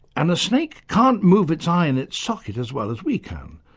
and a snake can't move its eye in its socket as well as we can,